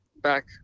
back